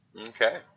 Okay